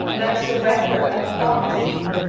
and i surrender, i promise you.